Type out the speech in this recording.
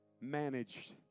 managed